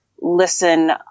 listen